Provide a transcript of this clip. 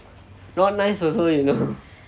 not nice also you know